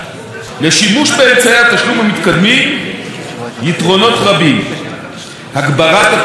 לשימוש באמצעי התשלום המתקדמים יתרונות רבים: הגברת התחרות,